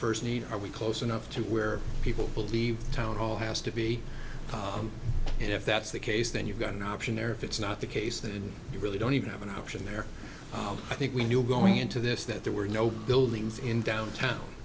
first need are we close enough to where people will leave town hall has to be calm and if that's the case then you've got an option or if it's not the case then you really don't even have an option there i think we knew going into this that there were no buildings in downtown